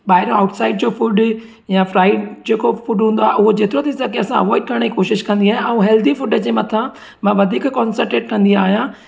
ॿाहिरि आउटसाइड जो फूड या फ्राइड जेको फूड हूंदो आहे उहो जेतिरो थी सघे असां अवॉइड करण जी कोशिशि कंदी आहियां ऐं हेल्दी फूड जे मथां मां वधीक कोन्सनट्रेट कंदी आहियां